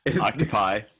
Occupy